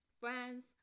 Friends